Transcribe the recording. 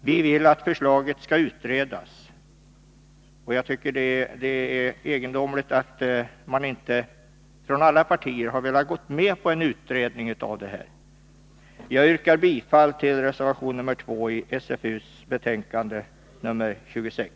Vi vill att förslaget skall utredas, och jag tycker att det är märkligt att inte alla partier har gått med på en utredning. Fru talman! Jag yrkar bifall till reservation nr 2 vid socialförsäkringsutskottets betänkande nr 26.